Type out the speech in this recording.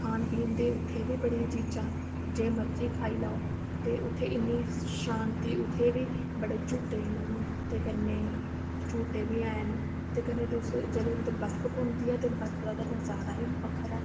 खाने पीन ते उत्थें बी बड़ियां चीजां न जे मर्जी खाई लैओ ते उत्थें इन्नी शांति उत्थें बी बड़े झूटे न ते कन्नै झूटे बी हैन ते कन्नै तुस जेल्लै उद्धर बरफ पौंदी ऐ ते बरफ दा ते नजारा ही बक्खरा ऐ